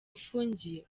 afungiye